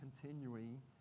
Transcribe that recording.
continuing